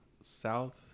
south